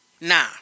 Nah